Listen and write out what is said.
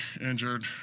injured